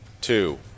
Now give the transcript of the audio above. two